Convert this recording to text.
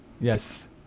Yes